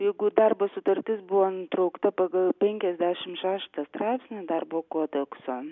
jeigu darbo sutartis buvo nutraukta pagal penkiasdešim šeštą straipsnį darbo kodekso